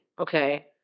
okay